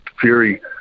Fury